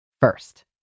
first